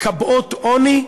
מקבעות עוני,